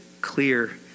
clear